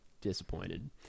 disappointed